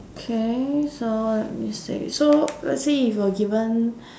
okay so let me see so let's say if you're given